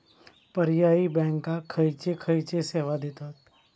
पर्यायी बँका खयचे खयचे सेवा देतत?